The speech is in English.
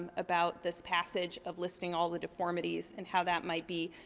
ah about this passage, of listing all the deformities, and how that might be,